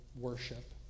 worship